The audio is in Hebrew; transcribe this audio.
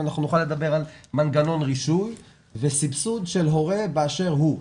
ונוכל לדבר על מנגנון רישוי וסבסוד של הורה באשר הוא.